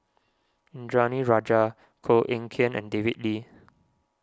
Indranee Rajah Koh Eng Kian and David Lee